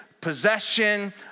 possession